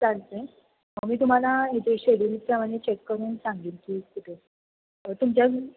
चालत आहे मग मी तुम्हाला हथे शेड्युलचं आणि चेक करून सांगेल की कुठे तुमच्या